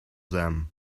them